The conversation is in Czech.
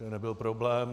To nebyl problém.